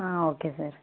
okay sir